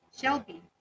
shelby